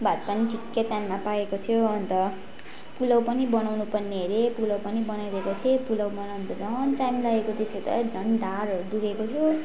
भात पनि ठिकै टाइममा पाकेको थियो अन्त पुलाउ पनि बनाउनु पर्ने अरे पुलाउ पनि बनाइदिएको थिएँ पुलाउ बनाउँनु त झन् टाइम लागेको त्यसै त झन् ढाडहरू दुखेको थियो